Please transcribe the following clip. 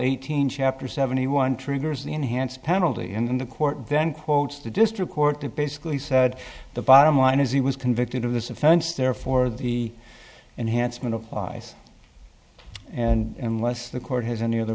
eighteen chapter seventy one triggers the enhanced penalty in the court then quote the district court that basically said the bottom line is he was convicted of this offense therefore the and handsome applies and less the court has any other